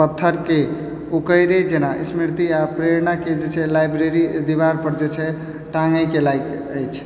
पत्थरके उकेरे जेना स्मृति आओर प्रेरणाके जे छै लाइब्रेरी दिवारपर जे छै टाँगेके लायक अछि